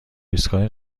ایستگاه